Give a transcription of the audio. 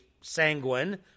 sanguine